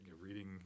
reading